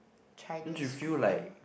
Chinese school